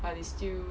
but is still